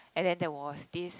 and then there was this